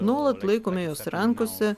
nuolat laikome juos rankose